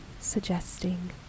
suggesting